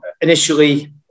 initially